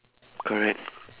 correct